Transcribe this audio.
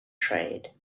trade